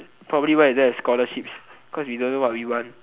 probably why we don't have scholarships cause we don't know what we want